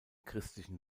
christlichen